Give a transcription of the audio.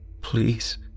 Please